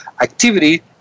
activity